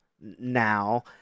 now